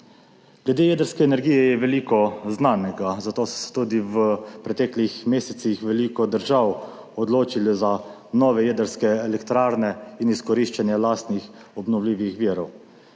Glede jedrske energije je veliko znanega, zato se je tudi v preteklih mesecih veliko držav odločilo za nove jedrske elektrarne in izkoriščanje lastnih obnovljivih virov.